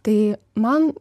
tai man